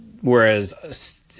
Whereas